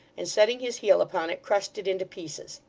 and setting his heel upon it, crushed it into pieces.